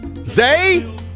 Zay